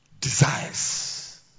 desires